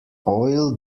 oil